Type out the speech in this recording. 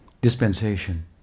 dispensation